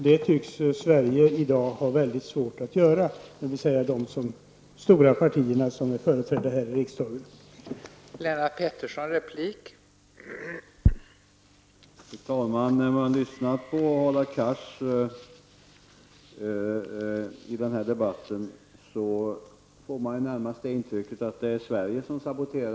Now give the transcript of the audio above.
Det tycks Sverige -- dvs. de stora partier som är företrädda här i riksdagen -- i dag ha svårt att göra.